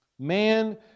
Man